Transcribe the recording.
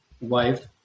wife